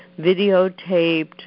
videotaped